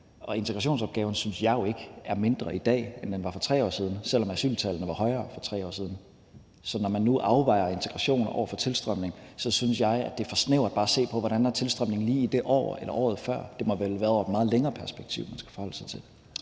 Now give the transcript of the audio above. jeg jo ikke er mindre i dag, end den var for 3 år siden, selv om asyltallene var højere for 3 år siden. Så når man nu afvejer integration over for tilstrømning, synes jeg, at det er for snævert bare at se på, hvordan tilstrømningen var lige i det år eller året før. Det må vel være et meget længere perspektiv, man skal forholde sig til.